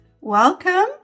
Welcome